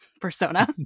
persona